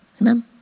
amen